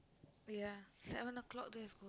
ya seven o-clock just go